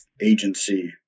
agency